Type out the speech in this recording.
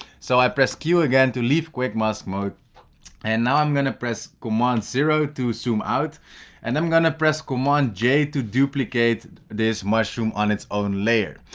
so i press q again to leave quick mask mode and now i'm going to press command zero to zoom out and i'm going to press command j to duplicate this mushroom on its own layer.